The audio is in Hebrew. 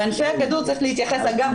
בענפי הכדור צריך להתייחס אגב,